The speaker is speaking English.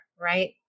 right